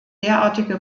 derartige